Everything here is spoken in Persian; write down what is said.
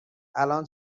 الان